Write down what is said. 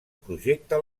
projecta